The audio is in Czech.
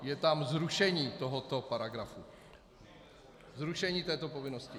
Je tam zrušení tohoto paragrafu, zrušení této povinnosti.